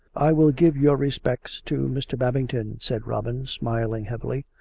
i will give your respects to mr. babington, said robin, smiling heavily.